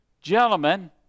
gentlemen